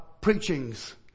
preachings